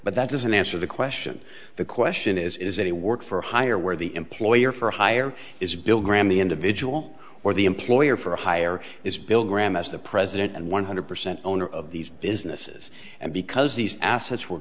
but that doesn't answer the question the question is is it a work for hire where the employer for hire is bill graham the individual or the employer for hire is bill graham as the president and one hundred percent owner of these businesses and because these assets were